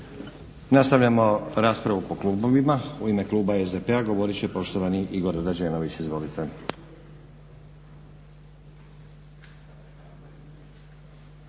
Nastavljamo raspravu po klubovima. U ime kluba SDP-a govorit će poštovani Igor Rađenović. Izvolite.